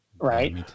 Right